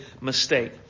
mistake